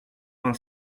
vingt